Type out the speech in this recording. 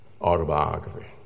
autobiography